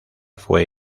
fue